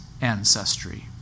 ancestry